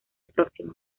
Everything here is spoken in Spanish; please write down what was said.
próximo